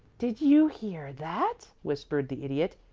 did you hear that? whispered the idiot.